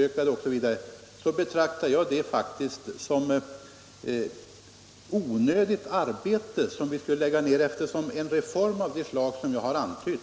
Jag betraktar det som ett onödigt = fastlandet arbete, eftersom en reform av det slag jag antytt